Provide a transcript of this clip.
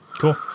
Cool